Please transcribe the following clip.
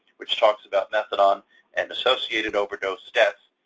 which talks about methadone and associated overdose death,